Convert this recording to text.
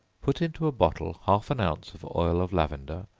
put into a bottle half an ounce of oil of lavender,